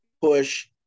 push